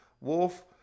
Wolf